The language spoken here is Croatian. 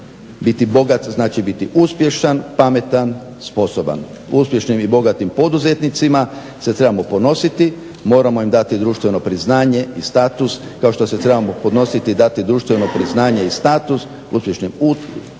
Biti bogat znači biti uspješan, pametan, sposoban. Uspješnim i bogatim poduzetnicima se trebamo ponositi, moramo im dati društveno priznanje i status kao što se trebamo ponositi i dati društveno priznanje i status uspješnim umjetnicima